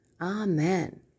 Amen